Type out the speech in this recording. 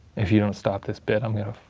if you don't stop this bit, i'm gonna.